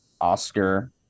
Oscar